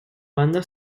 banda